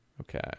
Okay